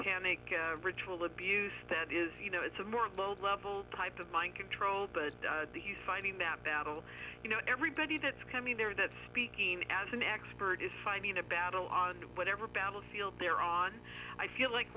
panic ritual abuse that is you know it's a more level type of mind control but finding that battle you know everybody that's coming there that speaking as an expert is fighting a battle on whatever battlefield they're on i feel like